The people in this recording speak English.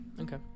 Okay